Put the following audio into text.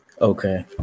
okay